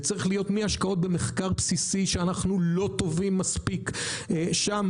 זה צריך להיות מהשקעות במחקר בסיסי שאנחנו לא טובים מספיק שם,